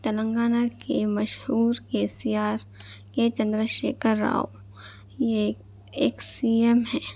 تلنگانہ کے مشہور K C R K Chandra Shekhar Rao یہ ایک سی ایم ہیں